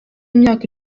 y’imyaka